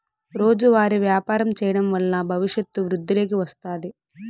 రోజువారీ వ్యాపారం చేయడం వల్ల భవిష్యత్తు వృద్ధిలోకి వస్తాది